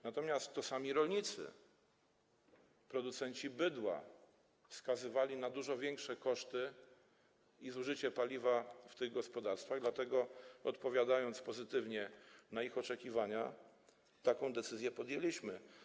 Natomiast to sami rolnicy, producenci bydła wskazywali na dużo większe koszty i zużycie paliwa w tych gospodarstwach, dlatego odpowiadając pozytywnie na ich oczekiwania, taką decyzję podjęliśmy.